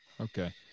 Okay